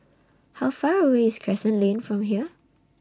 How Far away IS Crescent Lane from here